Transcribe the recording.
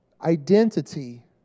identity